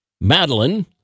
Madeline